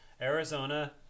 Arizona